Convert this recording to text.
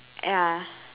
ya